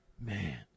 Man